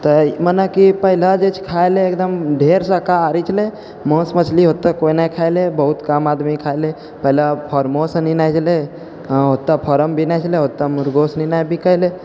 तऽ मनेकि पहिले जे खाइले एकदम ढेर शाकाहारी छलै माँसु मछली ओतेक कोइ नहि खाइ रहै बहुत कम आदमी खाइ रहै पहिले फॉर्मो सनि नहि छलै ओत्तो फार्म भी नहि छलै ओत्तो मुर्गो सनि नहि बिकेलै